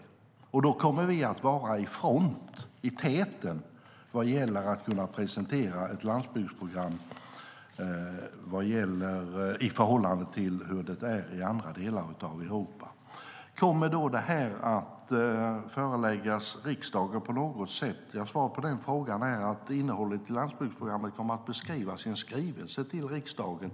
I förhållande till hur det är i andra delar av Europa kommer vi då att vara i täten vad gäller att kunna presentera ett landsbygdsprogram. Svaret på frågan om detta kommer att föreläggas riksdagen på något sätt är att innehållet i landsbygdsprogrammet kommer att beskrivas i en skrivelse till riksdagen.